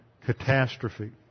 catastrophe